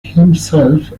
himself